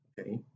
Okay